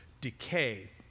decay